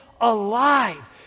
alive